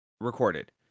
recorded